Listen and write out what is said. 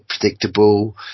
Predictable